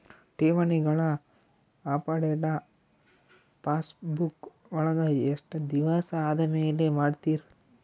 ಠೇವಣಿಗಳ update passbook ವಳಗ ಎಷ್ಟ ದಿವಸ ಆದಮೇಲೆ ಮಾಡ್ತಿರ್?